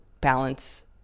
balance